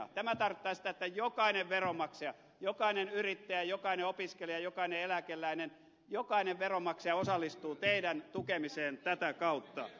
tämä tarkoittaa sitä että jokainen veronmaksaja jokainen yrittäjä jokainen opiskelija jokainen eläkeläinen osallistuu teidän tukemiseenne tätä kautta